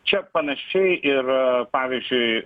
čia panašiai ir pavyzdžiui